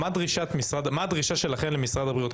מהי הדרישה שלכם ממשרד הבריאות?